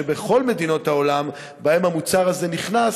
שבכל מדינות העולם שבהן המוצר הזה נכנס